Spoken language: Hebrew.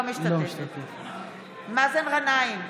אינה משתתפת בהצבעה מאזן גנאים,